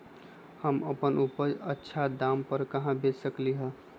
हम अपन उपज अच्छा दाम पर कहाँ बेच सकीले ह?